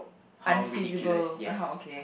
how ridiculous yes